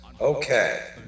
Okay